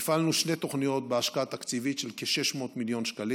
הפעלנו שתי תוכניות בהשקעה תקציבית של כ-600 מיליון שקלים,